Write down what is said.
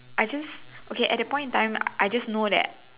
I just okay at that point in time I just know that